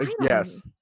Yes